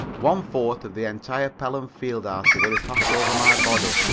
one-fourth of the entire pelham field artillery passed over my body,